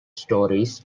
stories